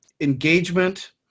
engagement